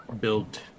build